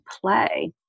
play